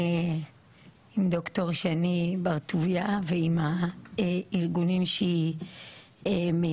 עם דוקטור שני בר טוביה ועם הארגונים שהיא מייצגת,